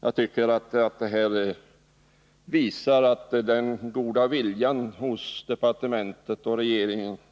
Jag tycker att det som har förekommit tyvärr visar att den goda viljan saknas hos departementet och regeringen.